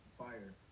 fire